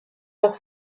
leur